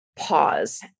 Pause